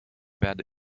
werde